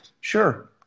Sure